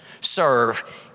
serve